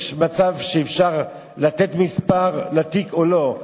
יש מצב שאפשר לתת מספר לתיק או לא,